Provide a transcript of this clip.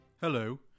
Hello